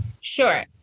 Sure